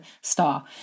star